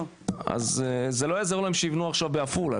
אז זה לא יעזור להם שיבנו עכשיו בעפולה,